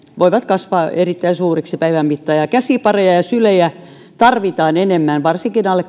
voivat kasvaa erittäin suuriksi päivän mittaan ja käsipareja ja sylejä tarvitaan enemmän varsinkin alle